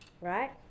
right